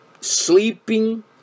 sleeping